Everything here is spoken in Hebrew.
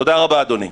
תודה רבה, אדוני.